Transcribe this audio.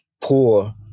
poor